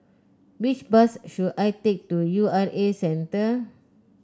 which bus should I take to U R A Centre